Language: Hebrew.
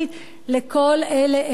לכל אלה אין כסף.